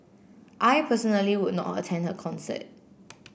I personally would not attend her concert